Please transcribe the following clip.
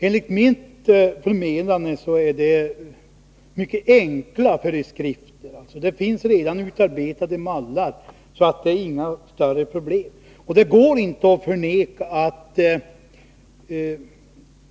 Enligt mitt förmenande handlar det om mycket enkla föreskrifter. Det finns redan utarbetade mallar, så det är inte några större problem.